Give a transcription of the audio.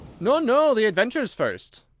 no, no! the adventures first,